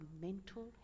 mental